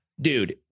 Dude